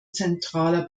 zentraler